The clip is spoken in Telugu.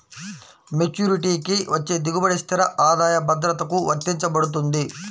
మెచ్యూరిటీకి వచ్చే దిగుబడి స్థిర ఆదాయ భద్రతకు వర్తించబడుతుంది